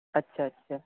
اچھا اچھا